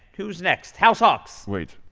who's next? house hawks? wait,